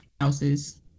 Houses